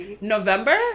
November